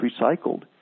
recycled